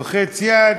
לוחץ יד,